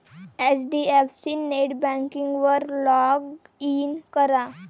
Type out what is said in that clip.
HDFC नेटबँकिंगवर log in करा